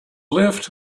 lift